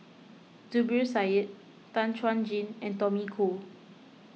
Zubir Said Tan Chuan Jin and Tommy Koh